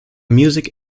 music